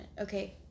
Okay